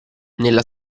nella